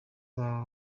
baba